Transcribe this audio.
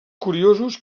curiosos